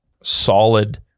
solid